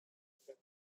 six